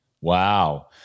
Wow